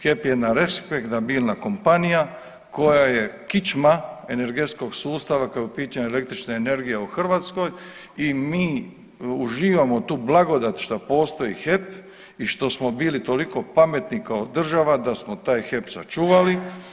HEP je jedna respektabilna kompanija koja je kičma energetskog sustava kao ... električne energije u Hrvatskoj i mi uživamo tu blagodat što postoji HEP i što smo bili toliko pametni kao država da smo taj HEP sačuvali.